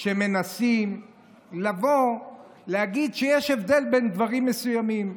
שמנסים לבוא, להגיד שיש הבדל בין דברים מסוימים.